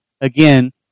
again